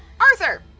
Arthur